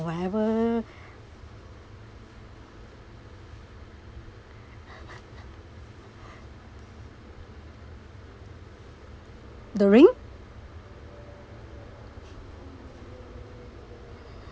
whatever the ring